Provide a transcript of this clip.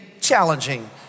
challenging